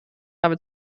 habe